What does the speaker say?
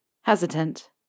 hesitant